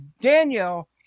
Daniel